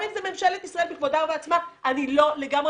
ממשלת ישראל בכבודה ובעצמה אני לא לגמרי